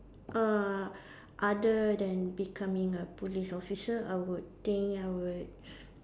uh other than becoming a police officer I would think I would